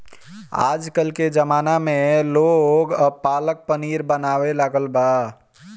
आजकल के ज़माना में लोग अब पालक पनीर बनावे लागल बा